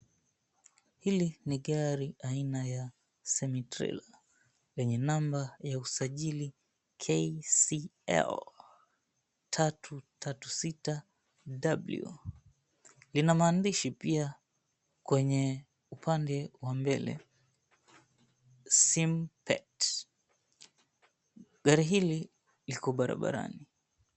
Hili ni gari aina ya semi trailer , yenye namba ya usajili KCL 336W, lina maandishi pia kwenye upande wa mbele, synthet, gari hili liko barabarani.